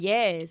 Yes